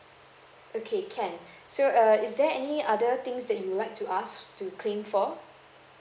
okay can so err is there any other things that you would like to ask to claim for